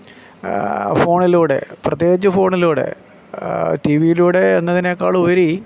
ഫോണിലൂടെ പ്രത്യേകിച്ച് ഫോണിലൂടെ ടി വീ ലൂടെ എന്നതിനേക്കാളുപരി